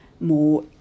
more